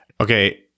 Okay